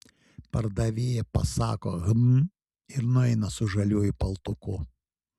pardavėja pasako hm ir nueina su žaliuoju paltuku